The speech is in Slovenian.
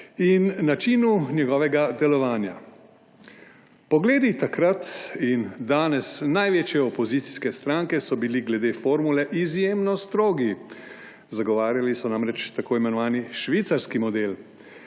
in načinu njegovega delovanja. Pogledi takrat in danes največje opozicijske stranke so bili glede formule izjemno strogi. Zagovarjali so namreč tako imenovani švicarski model.